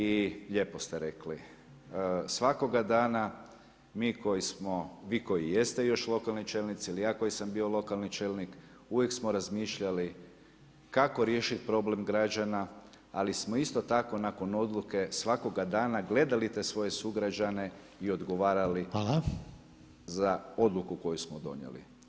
I lijepo ste rekli, svakoga dana mi koji smo, vi koji jeste još lokalni čelnici ili ja koji sam bio lokalni čelnik, uvijek smo razmišljali kako riješiti problem građana ali smo isto tako nakon odluke svakoga dana gledali te svoje sugrađane i odgovarali za odluku koju smo donijeli.